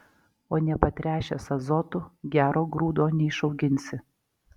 o nepatręšęs azotu gero grūdo neišauginsi